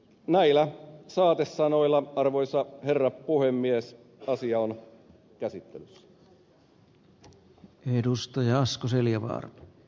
näillä saatesanoilla arvoisa herra puhemies asia on käsittelyssä